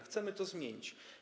Chcemy to zmienić.